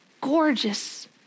gorgeous